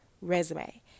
resume